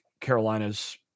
Carolina's